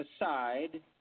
aside